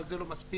אבל זה לא מספיק.